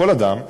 כל אדם,